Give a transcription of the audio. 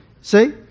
See